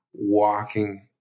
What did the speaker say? walking